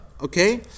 Okay